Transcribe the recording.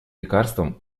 лекарствам